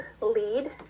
lead